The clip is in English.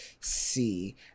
see